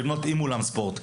לבנות עם אולם ספורט.